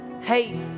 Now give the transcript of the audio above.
hey